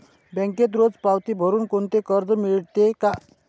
बँकेत रोज पावती भरुन कोणते कर्ज मिळते का?